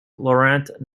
laurent